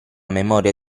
memoria